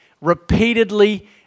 repeatedly